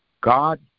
God